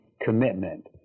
commitment